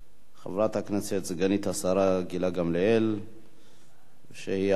הכנסת סגנית השר גילה גמליאל שהיא האחראית